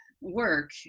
work